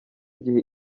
gihe